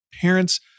parents